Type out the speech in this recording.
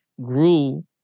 grew